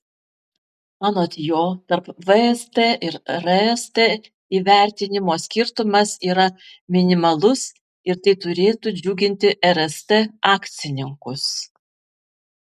anot jo tarp vst ir rst įvertinimo skirtumas yra minimalus ir tai turėtų džiuginti rst akcininkus